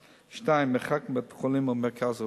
2. מרחק מבית-חולים או ממרכז רפואי,